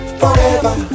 forever